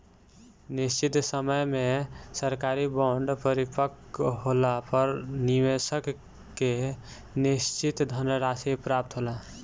निशचित समय में सरकारी बॉन्ड परिपक्व होला पर निबेसक के निसचित धनराशि प्राप्त होला